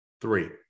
Three